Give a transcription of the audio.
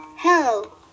Hello